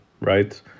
right